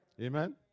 Amen